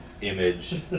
image